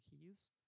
keys